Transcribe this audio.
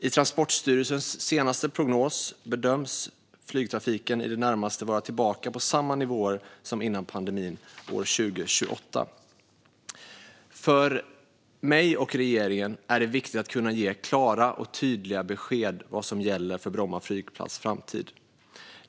I Transportstyrelsens senaste prognos bedöms flygtrafiken i det närmaste vara tillbaka på samma nivåer som innan pandemin 2028. För mig och regeringen är det viktigt att kunna ge klara och tydliga besked om vad som gäller för Bromma flygplats framtid.